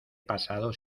pasado